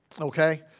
okay